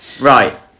right